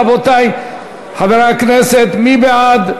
רבותי חברי הכנסת, מי בעד?